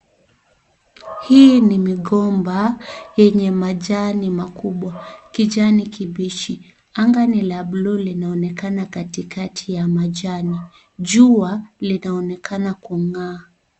Hii ni migomba, yenye majani makubwa, kijani kibichi. Anga ni la buluu linaonekana katikati ya majani. Jua, linaonekana kung'aa.